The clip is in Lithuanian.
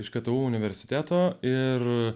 iš karto universiteto ir